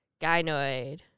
gynoid